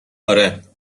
اره